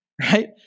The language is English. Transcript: right